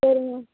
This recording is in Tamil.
சரிங்க மேம்